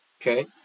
okay